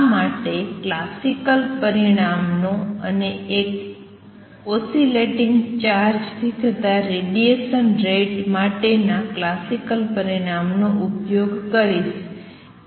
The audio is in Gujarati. આ માટે હું ક્લાસિકલ પરિણામ નો અને એક ઓસિલેટીંગ ચાર્જ થી થતાં રેડીએશન રેટ માટે ના ક્લાસિકલ પરિણામ નો ઉપયોગ કરીશ